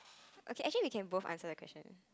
okay actually we can both answer the question